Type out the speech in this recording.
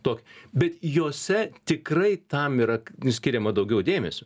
tokį bet jose tikrai tam yra skiriama daugiau dėmesio